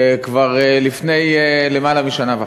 כבר לפני למעלה משנה וחצי.